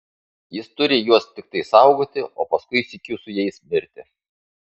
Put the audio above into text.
jis turi juos tiktai saugoti o paskui sykiu su jais mirti